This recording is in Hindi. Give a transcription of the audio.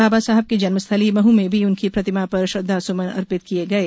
बाबा साहेब की जन्मस्थली महू में भी उनकी प्रतिमा पर श्रद्वासुसमन अर्पित किये गये